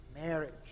marriage